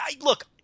look –